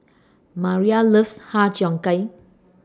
Mayra loves Har Cheong Gai